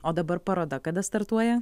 o dabar paroda kada startuoja